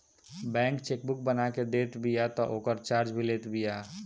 bank chequebook बना के देत बिया तअ ओकर चार्ज भी लेत बिया